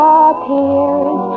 appears